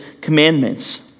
commandments